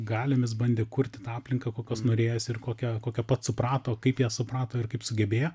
galiomis bandė kurti tą aplinką kokios norėjosi ir kokią kokią pats suprato kaip ją suprato ir kaip sugebėjo